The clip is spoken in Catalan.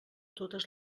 totes